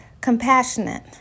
compassionate